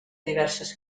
diverses